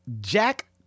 Jack